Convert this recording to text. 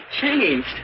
changed